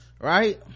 right